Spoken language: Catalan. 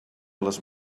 les